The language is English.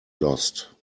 lost